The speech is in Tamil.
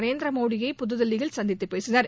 நரேந்திர மோடியை புதுதில்லியில் சந்தித்துப் பேசினர்